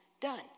done